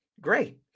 Great